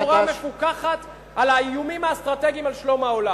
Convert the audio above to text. להסתכל בצורה מפוכחת על האיומים האסטרטגיים על שלום העולם.